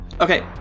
Okay